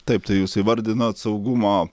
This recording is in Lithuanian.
taip tai jūs įvardinot saugumo